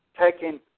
taking